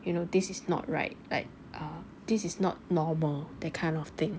you know this is not right like uh this is not normal that kind of thing